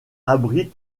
abrite